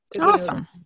Awesome